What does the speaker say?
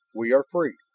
we are free.